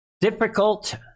difficult